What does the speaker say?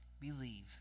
believe